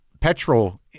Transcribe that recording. petrol